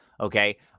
okay